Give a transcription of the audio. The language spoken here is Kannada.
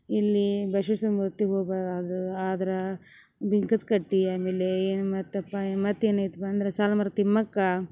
ಇಲ್ಲೀ ಬಸ್ವೇಶ್ವರ ಮೂರ್ತಿಗ ಹೋಗ್ಬೇಕಾದರೂ ಆದ್ರೆ ಬಿಂಕದ್ಕಟ್ಟಿ ಆಮೇಲೆ ಏನು ಮತ್ತಪ್ಪಾ ಮತ್ತೆ ಏನೈತಪ ಅಂದ್ರ ಸಾಲುಮರದ ತಿಮ್ಮಕ್ಕ